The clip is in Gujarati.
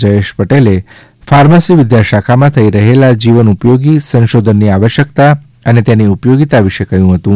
જયેશ પટેલે ફાર્મસી વિદ્યાશાખામાં થઇ રહેલા જીવન ઉપયોગી સંશોધનની આવશ્યકતા અને તેની ઉપયોગીતા વિશે કહ્યુ હતુ